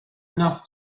enough